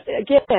again